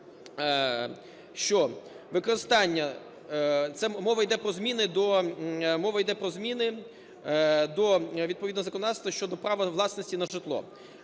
про зміни до... мова іде про зміни до відповідного законодавства щодо права власності на житло.